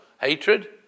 hatred